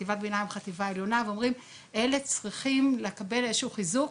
חטיבת ביניים וחטיבה עליונה שצריכים לקבל איזה שהוא חיזוק,